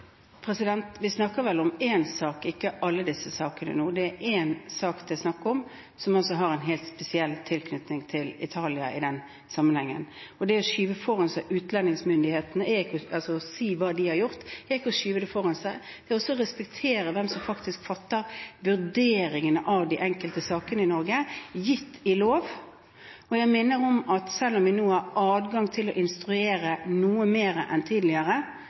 Vi snakker vel om én sak nå, ikke alle disse sakene? – Det er én sak det er snakk om, som har en helt spesiell tilknytning til Italia. Å si hva utlendingsmyndighetene har gjort, er ikke å skyve dem foran seg. Det er å respektere hvem som faktisk gjør vurderingene i de enkelte sakene i Norge, gitt i lov. Vi har nå adgang til å instruere noe mer enn tidligere, men jeg minner om at